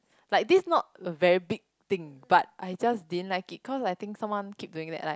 like this not a very big thing but I just didn't like it cause like I think someone keep doing it like